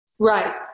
Right